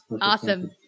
Awesome